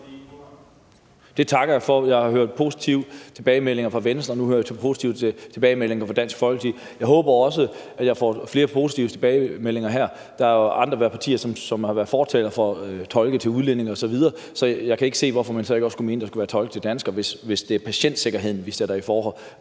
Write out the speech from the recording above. (NB): Det takker jeg for. Jeg har hørt positive tilbagemeldinger fra Venstre, nu hører jeg positive tilbagemeldinger fra Dansk Folkeparti. Jeg håber, at jeg får flere positive tilbagemeldinger her. Der er jo andre partier, som har været fortalere for tolke til udlændinge osv., så jeg kan ikke se, hvorfor man så ikke også skulle mene, der skulle være tolke til danskere, hvis det er patientsikkerheden, vi sætter det i forhold